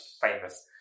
famous